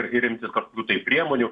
ir imtis kažkokių priemonių